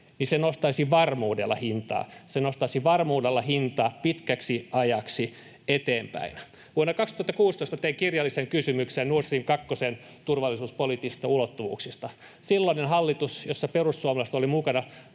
Se nostaisi varmuudella hintaa pitkäksi ajaksi eteenpäin. Vuonna 2016 tein kirjallisen kysymyksen Nord Stream kakkosen turvallisuuspoliittisista ulottuvuuksista. Silloinen hallitus, jossa perussuomalaiset olivat mukana,